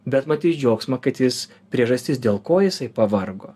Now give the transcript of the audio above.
bet matys džiaugsmą kad jis priežastis dėl ko jisai pavargo